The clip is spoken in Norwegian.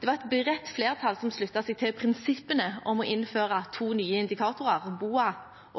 Det var et bredt flertall som sluttet seg til prinsippene om å innføre to nye indikatorer, BOA